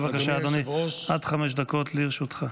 בבקשה, אדוני, עד חמש דקות לרשותך.